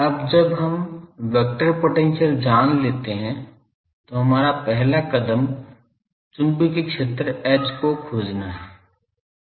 अब जब हम वेक्टर पोटेंशियल जान लेते हैं तो हमारा पहला कदम चुंबकीय क्षेत्र H को खोजना है